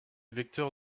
vecteur